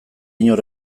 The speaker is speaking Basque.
inor